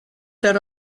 there